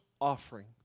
offering